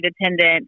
attendant